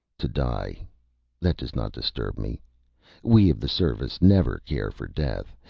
to die that does not disturb me we of the service never care for death.